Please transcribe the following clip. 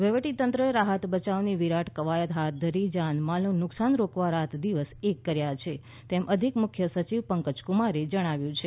વહીવટી તંત્રએ રાહત બયાવ ની વિરાટ કવાયત હાથ ધરી જાનમાલ નું નુકશાન રોકવા રાતદિવસ એક કર્યા છે તેમ અધિક મુખ્ય સચિવ પંકજ કુમારે જણાવ્યુ છે